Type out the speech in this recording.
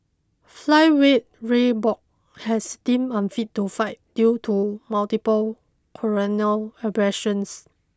flyweight Ray Borg has deemed unfit to fight due to multiple corneal abrasions